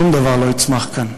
שום דבר לא יצמח כאן.